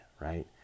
right